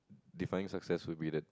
defying success will be the